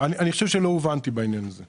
שלא הובנתי בעניין הזה.